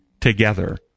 together